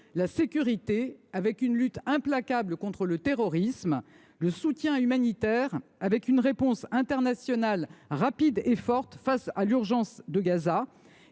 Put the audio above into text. la sécurité, avec une lutte implacable contre le terrorisme ; le soutien humanitaire, avec une réponse internationale rapide et forte face à l’urgence à Gaza